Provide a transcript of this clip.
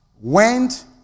went